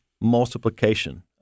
multiplication